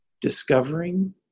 discovering